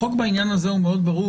החוק בעניין הזה מאוד ברור.